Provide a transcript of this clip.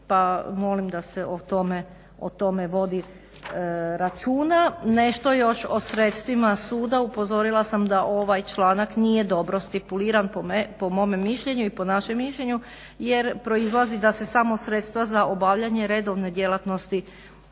molim da se o tome vodi računa. Nešto još o sredstvima suda, upozorila sam da ovaj članak nije dobro stipuliran po mome mišljenju i po našem mišljenju jer proizlazi da se samo sredstva za obavljanje redovne djelatnosti